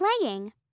playing